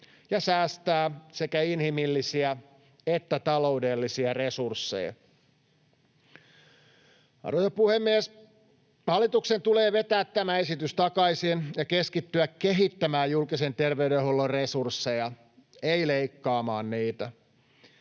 ja säästää sekä inhimillisiä että taloudellisia resursseja. Arvoisa puhemies! Hallituksen tulee vetää tämä esitys takaisin ja keskittyä kehittämään julkisen terveydenhuollon resursseja, ei leikkaamaan niitä.